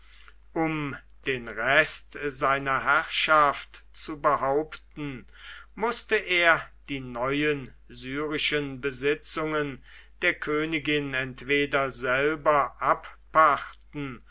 um den rest seiner herrschaft zu behaupten mußte er die neuen syrischen besitzungen der königin entweder selber abpackten